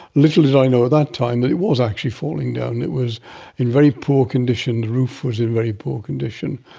little did i know at that time that it was actually falling down, it was in very poor condition, the roof was in very poor condition,